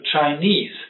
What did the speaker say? Chinese